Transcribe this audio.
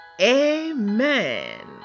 Amen